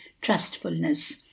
trustfulness